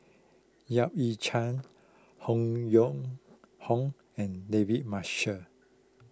Yap Ee Chian Han Yong Hong and David Marshall